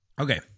Okay